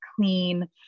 clean